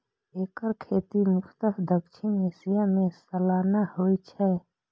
एकर खेती मुख्यतः दक्षिण एशिया मे सालाना होइ छै